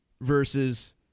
versus